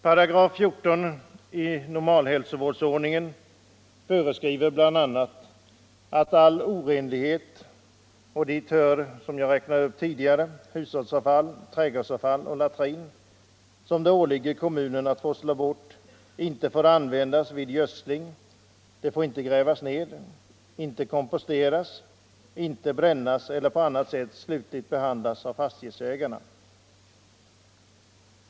14 § i normalhälsovårdsordningen föreskriver bl.a. att all orenlighet, och dit hör hushållsavfall, trädgårdsavfall och latrin, som det åligger kommunen att forsla bort, inte får användas vid gödsling, inte grävas ned, inte komposteras, inte brännas eller på annat sätt slutligt behandlas av fastighetsägarna.